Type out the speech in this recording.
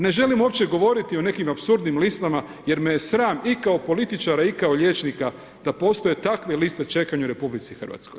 Ne želim uopće govoriti o nekim apsurdnim listama jer me je sram i kao političara i kao liječnika da postoje takve liste čekanja u RH.